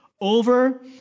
Over